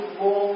go